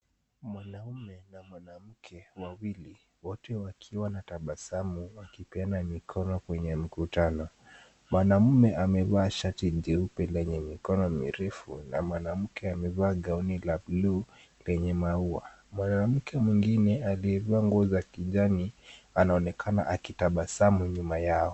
Mwanaume na mwanamke wawili wote wakiwa na tabasamu wakipeana mikono kwenye mkutano. Mwanaume amevaa shati jeupe lenye mikono mirefu na mwanamke amevaa gauni la blue lenye maua. Mwanamke mwingine aliyavaa nguo za kijani anaonekana akitabasamu nyuma yao.